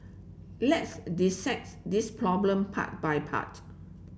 let's this problem part by part